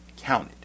counted